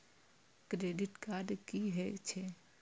Credit card की हे छे?